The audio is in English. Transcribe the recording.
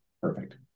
perfect